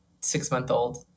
six-month-old